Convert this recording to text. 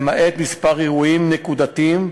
למעט כמה אירועים נקודתיים,